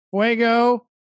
Fuego